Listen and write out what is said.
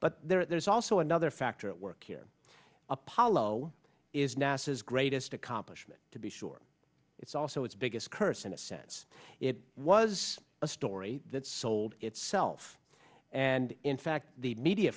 but there's also another factor at work here apollo is nasa's greatest accomplishment to be sure it's also its biggest curse in a sense it was a story that sold itself and in fact the media